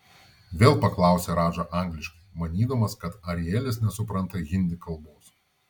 vėl paklausė radža angliškai manydamas kad arielis nesupranta hindi kalbos